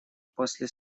после